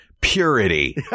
purity